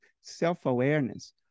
self-awareness